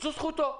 זו זכותו,